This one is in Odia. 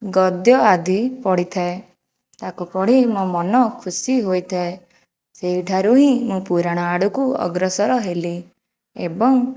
ଗଦ୍ୟ ଆଦି ପଢ଼ିଥାଏ ତାକୁ ପଢ଼ି ମୋ ମନ ଖୁସି ହୋଇଥାଏ ସେହିଠାରୁ ହିଁ ମୁଁ ପୁରାଣ ଆଡ଼କୁ ଅଗ୍ରସର ହେଲି ଏବଂ